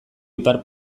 ipar